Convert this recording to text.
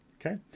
Okay